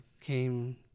came